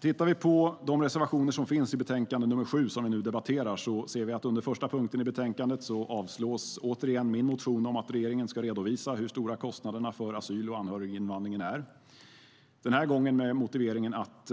Tittar vi på de reservationer som finns i betänkande nr 7, som vi nu debatterar, ser vi att under första punkten i betänkandet avstyrks återigen min motion om att regeringen ska redovisa hur stora kostnaderna för asyl och anhöriginvandringen är. Den här gången görs det med motiveringen att